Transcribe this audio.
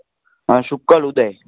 હા શુકલ ઉદય